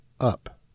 up